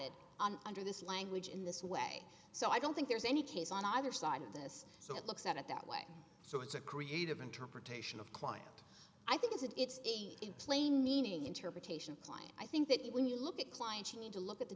it on under this language in this way so i don't think there's any case on either side of this so it looks at it that way so it's a creative interpretation of client i think is it it's in plain meaning interpretation klein i think that when you look at clients you need to look at the